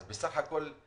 אז בסך הכול אני